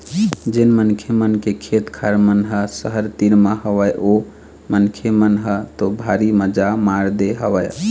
जेन मनखे मन के खेत खार मन ह सहर तीर म हवय ओ मनखे मन ह तो भारी मजा मार दे हवय